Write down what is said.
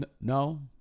No